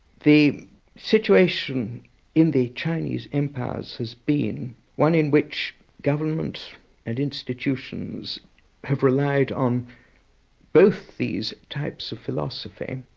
the situation in the chinese empires has been one in which government and institutions have relied on both these types of philosophy.